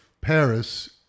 Paris